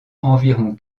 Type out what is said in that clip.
environ